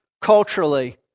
culturally